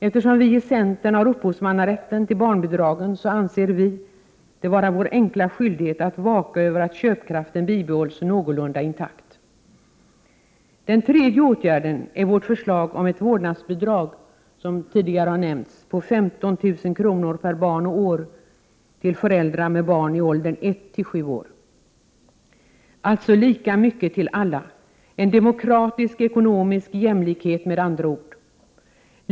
Eftersom vi i centern har upphovsmannarätten till barnbidragen anser vi det vara vår enkla skyldighet att vaka över att köpkraften bibehålls någorlunda intakt. Den tredje åtgärden är vårt förslag om ett vårdnadsbidrag, som tidigare har nämnts, på 15 000 kr. per barn och år till föräldrar med barn i åldern 1-7 år, alltså lika mycket till alla. En demokratisk ekonomisk jämlikhet med andra ord.